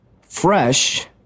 fresh